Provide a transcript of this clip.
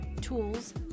tools